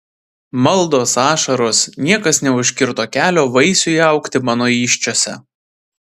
maldos ašaros niekas neužkirto kelio vaisiui augti mano įsčiose